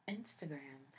Instagram